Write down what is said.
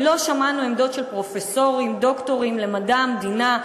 לא שמענו עמדות של פרופסורים ודוקטורים למדע המדינה,